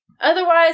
Otherwise